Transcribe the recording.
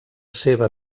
seva